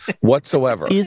whatsoever